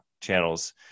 channels